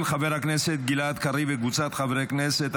של חבר הכנסת גלעד קריב וקבוצת חברי הכנסת.